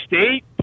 State